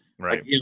Right